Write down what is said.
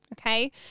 Okay